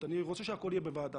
--- קריאה שנייה מיכל רוזין.